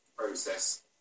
Process